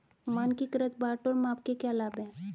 मानकीकृत बाट और माप के क्या लाभ हैं?